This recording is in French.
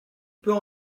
peut